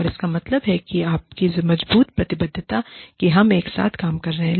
और इसका मतलब है कि आपकी मजबूत प्रतिबद्धता कि हम एक साथ काम कर रहे हैं